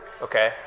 Okay